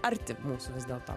arti mūsų vis dėlto